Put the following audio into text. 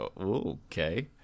okay